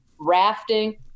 rafting